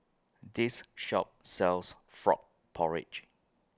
This Shop sells Frog Porridge